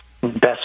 best